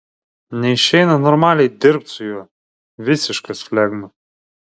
neišeina normaliai dirbt su juo visiškas flegma